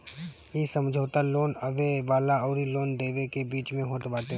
इ समझौता लोन लेवे वाला अउरी लोन देवे वाला के बीच में होत बाटे